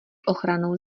ochranou